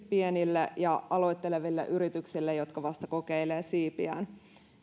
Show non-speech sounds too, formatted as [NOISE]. [UNINTELLIGIBLE] pienille ja aloitteleville yrityksille jotka vasta kokeilevat siipiään